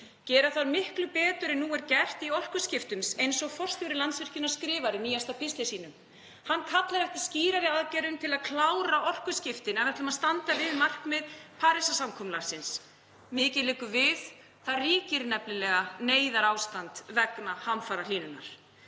Gera þarf miklu betur en nú er gert í orkuskiptum, eins og forstjóri Landsvirkjunar skrifar í nýjasta pistli sínum. Hann kallar eftir skýrari aðgerðum til að klára orkuskiptin ef við ætlum að standa við markmið Parísarsamkomulagsins. Mikið liggur við. Það ríkir nefnilega neyðarástand vegna hamfarahlýnunar.